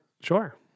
Sure